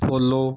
follow